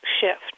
shift